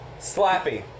Slappy